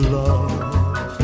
love